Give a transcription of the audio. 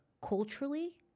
culturally